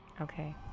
Okay